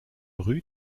rue